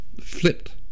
flipped